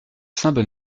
sainte